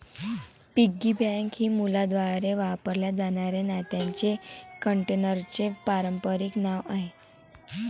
piggy bank हे मुलांद्वारे वापरल्या जाणाऱ्या नाण्यांच्या कंटेनरचे पारंपारिक नाव आहे